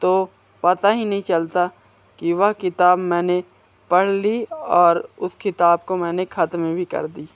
तो पता ही नहीं चलता कि वह किताब मैंने पढ़ ली और उस किताब को मैंने खत्म भी कर दी